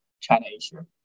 China-Asia